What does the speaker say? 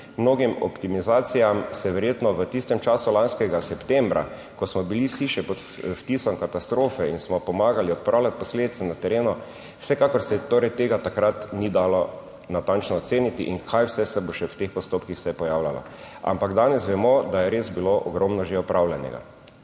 mnogim optimizacijam se verjetno v tistem času lanskega septembra, ko smo bili vsi še pod vtisom katastrofe in smo pomagali odpravljati posledice na terenu, vsekakor se torej tega takrat ni dalo natančno oceniti in kaj vse se bo še v teh postopkih vse pojavljalo, ampak danes vemo, da je res bilo ogromno že opravljenega.